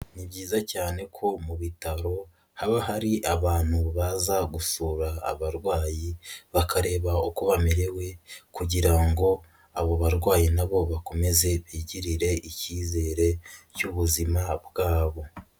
Ni byiza cyane ko mu bitaro haba hari abantu baza gusura abarwayi bakareba uko bamerewe kugira ngo abo barwayi na bo bakomeze bigirire ikizere cy'ubuzima bwabo.